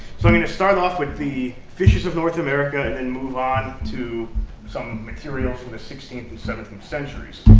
so i'm going to start off with the fishes of north america, and then and move on to some materials from the sixteenth and seventeenth centuries.